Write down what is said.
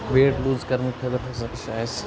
weight lose کَرنہٕ خٲطرٕ ہَسا چھِ اَسہِ